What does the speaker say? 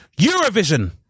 Eurovision